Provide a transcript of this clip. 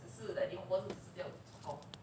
the suit that was there or